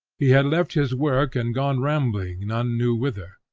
he had left his work and gone rambling none knew whither,